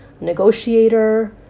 negotiator